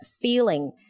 feeling